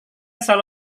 selalu